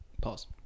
Pause